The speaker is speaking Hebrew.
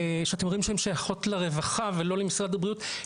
שאתם אומרים שהם שייכות לרווחה ולא למשרד הבריאות,